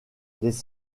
les